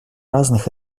разных